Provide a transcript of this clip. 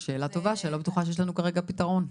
זאת שאלה טובה, שאני לא בטוחה שיש לנו כרגע פתרון.